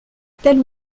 telle